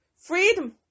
freedom